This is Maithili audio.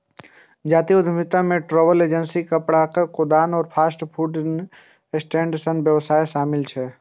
जातीय उद्यमिता मे ट्रैवल एजेंसी, कपड़ाक दोकान, फास्ट फूड स्टैंड सन व्यवसाय शामिल छै